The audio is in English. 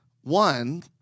one